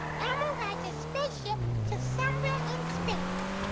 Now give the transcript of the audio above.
elmo rides a spaceship to somewhere in space.